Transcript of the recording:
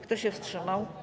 Kto się wstrzymał?